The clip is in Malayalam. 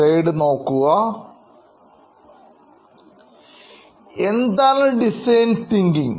സ്ലൈഡ് നോക്കുക എന്താണ് ഡിസൈൻ തിങ്കിങ്